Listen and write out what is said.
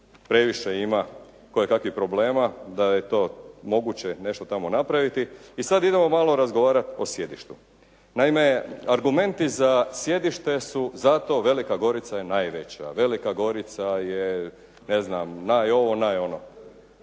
previše ima kojekakvih problema da je to moguće nešto tamo napraviti i sad idemo malo razgovarati o sjedištu. Naime, argumenti za sjedište su zato jer Velika Gorica je najveća, Velika Gorica je, ne znam, naj ovo, naj ono,